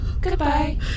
Goodbye